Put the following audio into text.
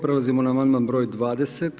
Prelazimo na amandman br. 20.